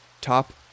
top